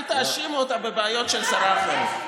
אל תאשימו אותה בבעיות של שרה אחרת.